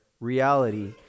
reality